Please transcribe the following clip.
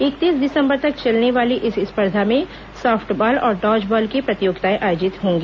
इकतीस दिसंबर तक चलने वाली इस स्पर्धा में सॉफ्टबॉल और डॉजबॉल की प्रतियोगिताएं आयोजित होंगी